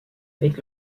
avec